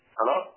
Hello